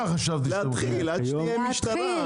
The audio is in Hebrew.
חשבתי שאתם הולכים --- להתחיל עד שתהיה משטרה.